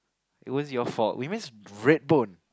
it was your fault we missed Red Bone